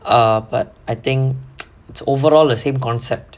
err but I think it's overall the same concept